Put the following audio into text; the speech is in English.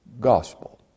gospel